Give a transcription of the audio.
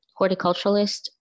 horticulturalist